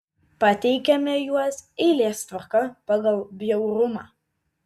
pateikiame juos eilės tvarka pagal bjaurumą